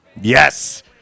Yes